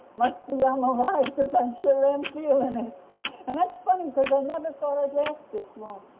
must be i'm alive cause i sure am feeling it and that's funny because i never thought i'd last this long.